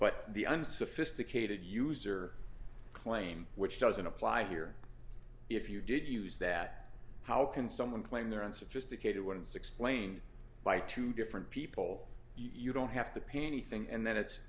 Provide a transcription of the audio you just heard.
but the unsophisticated user claim which doesn't apply here if you did use that how can someone claim they're unsophisticated once explained by two different people you don't have to pay anything and then it's